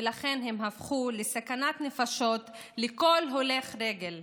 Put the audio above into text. ולכן הם הפכו לסכנת נפשות לכל הולך רגל,